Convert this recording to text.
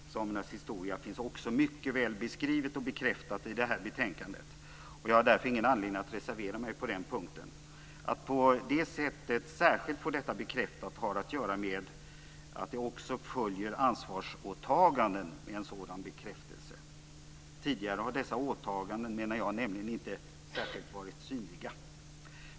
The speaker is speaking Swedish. Och samernas historia finns mycket väl beskriven och bekräftad i det här betänkandet. Jag har därför ingen anledning att reservera mig på den punkten. Att man på det sättet särskilt vill få det här bekräftat har att göra med att det med en sådan bekräftelse också följer ansvarsåtaganden. Jag menar nämligen att dessa åtaganden tidigare inte har varit särskilt synliga.